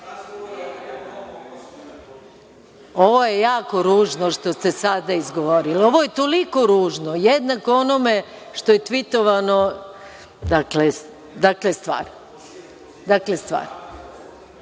je jako ružno što ste sada izgovorili. Ovo je toliko ružno, jednako onome što je tvitovano, dakle, stvarno.